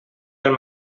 del